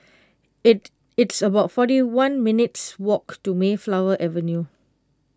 it it's about forty one minutes' walk to Mayflower Avenue